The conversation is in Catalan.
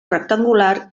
rectangular